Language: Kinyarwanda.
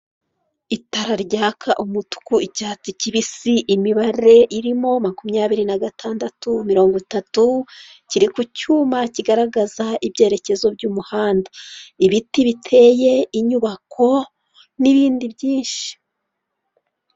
Itara ryaka umutuku, icyatsi kibisi, imibare irimo makumyabiri na gatandatu, mirongo itatu, kiri ku cyuma kigaragaza ibyerekezo by'umuhanda. Ibiti biteye, inyubako n'ibindi byinshi.